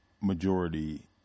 majority